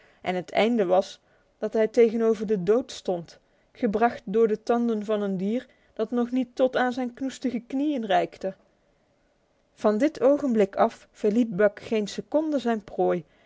en het einde was dat hij tegenover den dood stond gebracht door de tanden van een dier dat nog niet tot aan zijn knoestige knieën reikte van dit ogenblik af verliet buck geen seconde zijn prooi